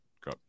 go